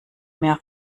mehr